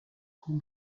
who